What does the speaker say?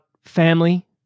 family